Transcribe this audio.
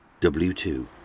W2